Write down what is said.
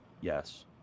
Yes